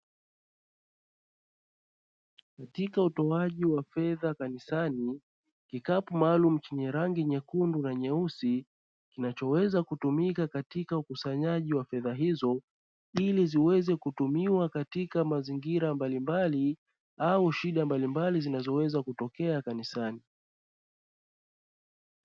Katika utoaji wa fedha kanisani kikapu maalumu chenye rangi nyekundu na nyeusi, kinachoweza kutumika katika ukusanyaji wa fedha hizo, ili ziweze kutumiwa katika mazingira mbalimbali au shida mbalimbali zinazoweza kutokea kanisani.